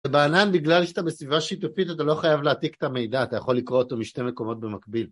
בענן בגלל שאתה בסביבה שיתופית אתה לא חייב להעתיק את המידע, אתה יכול לקרוא אותו משתי מקומות במקביל.